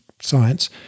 science